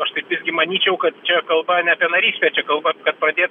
aš taip visgi manyčiau kad čia kalba ne apie narystę čia kalba kad pradėt